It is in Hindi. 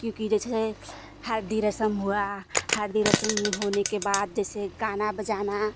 क्योंकि जैसे हलदी रसम हुई हलदी रसम होने के बाद जैसे गाना बजाना